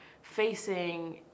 facing